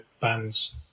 bands